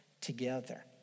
together